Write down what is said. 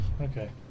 Okay